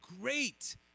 great